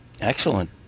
Excellent